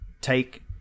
take